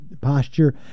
posture